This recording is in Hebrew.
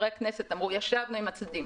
חברי הכנסת אמרו: ישבנו עם הצדדים,